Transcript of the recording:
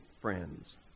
friends